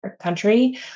country